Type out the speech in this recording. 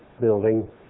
building